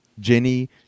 Jenny